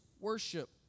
worship